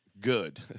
good